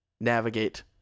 navigate